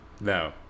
No